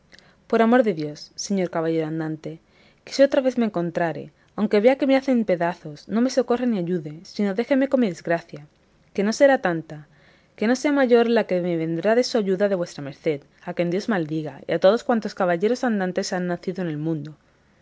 por amor de dios señor caballero andante que si otra vez me encontrare aunque vea que me hacen pedazos no me socorra ni ayude sino déjeme con mi desgracia que no será tanta que no sea mayor la que me vendrá de su ayuda de vuestra merced a quien dios maldiga y a todos cuantos caballeros andantes han nacido en el mundo